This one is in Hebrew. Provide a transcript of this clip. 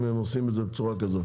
אם הם עושים את זה בצורה כזאת.